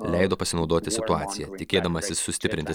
leido pasinaudoti situacija tikėdamasis sustiprinti